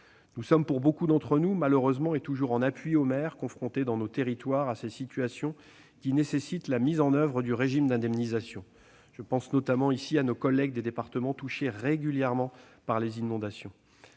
Nous sommes- pour beaucoup d'entre nous -malheureusement, et toujours en appui aux maires, confrontés dans nos territoires à ces situations qui nécessitent la mise en oeuvre du régime d'indemnisation. Je pense notamment à nos collègues des départements touchés régulièrement par les inondations.